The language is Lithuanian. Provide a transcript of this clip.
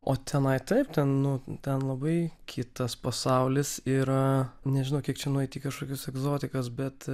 o tenai taip ten nu ten labai kitas pasaulis yra nežinau kiek čia nueiti į kažkokius egzotikas bet